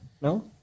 no